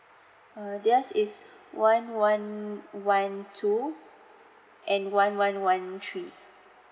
uh theirs is one one one two and one one one three